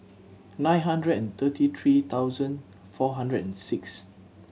nine hundred and thirty three thousand four hundred and six